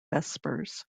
vespers